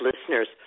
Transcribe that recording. listeners